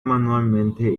manualmente